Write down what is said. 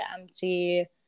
empty